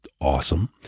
awesome